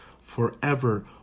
forever